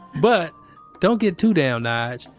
but don't get too down, ah yeah